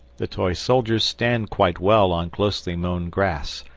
the toy soldiers stand quite well on closely mown grass,